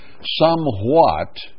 somewhat